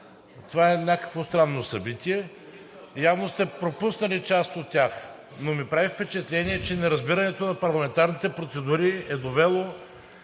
Това е някакво странно събитие, явно сте пропуснали част от тях, но ми прави впечатление, че неразбирането на парламентарните процедури е довело